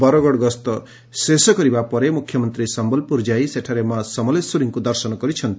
ବରଗଡ ଗସ୍ତ ଶେଷ କରି ମୁଖ୍ୟମନ୍ତୀ ସମ୍ୟଲପୁର ଯାଇ ସେଠାରେ ମା' ସମଲେଶ୍ୱରୀଙ୍କ ଦର୍ଶନ କରିଛନ୍ତି